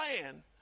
plan